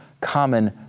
common